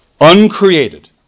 uncreated